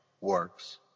works